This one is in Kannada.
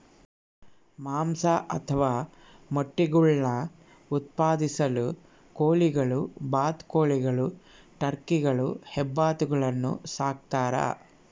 ಮಾಂಸ ಅಥವಾ ಮೊಟ್ಟೆಗುಳ್ನ ಉತ್ಪಾದಿಸಲು ಕೋಳಿಗಳು ಬಾತುಕೋಳಿಗಳು ಟರ್ಕಿಗಳು ಹೆಬ್ಬಾತುಗಳನ್ನು ಸಾಕ್ತಾರ